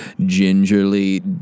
gingerly